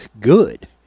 good